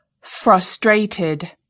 Frustrated